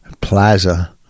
Plaza